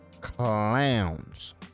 clowns